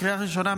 לקריאה ראשונה,